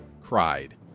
cried